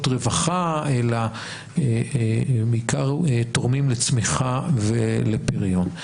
רווחה אלא בעיקר תורמים לצמיחה ולפריון.